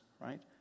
right